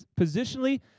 positionally